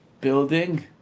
building